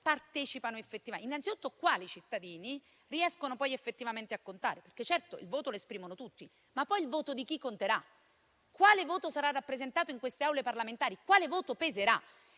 partecipano effettivamente. Innanzitutto, quali cittadini riescono poi effettivamente a contare, perché certo il voto lo esprimono tutti, ma poi il voto di chi conterà? Quale voto sarà rappresentato in queste Aule parlamentari? Quale voto peserà?